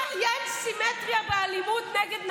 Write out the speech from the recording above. מה, יש סימטריה באלימות נגד נשים?